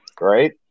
right